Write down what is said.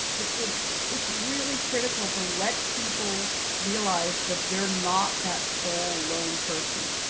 it's it's really critical to let people realize that they're not that sole, lone person.